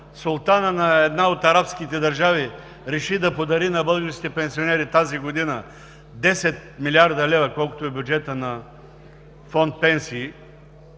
султанът на една от арабските държави реши да подари на българските пенсионери тази година 10 млрд. лв., колкото е бюджетът на фонд „Пенсии“,